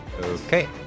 Okay